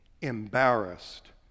embarrassed